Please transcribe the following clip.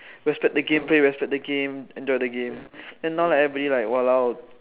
respect the game play respect the game enjoy the game and now everybody like !walao!